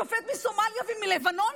שופט מסומליה ומלבנון